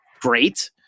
great